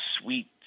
sweet